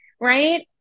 right